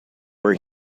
where